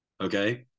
Okay